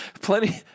Plenty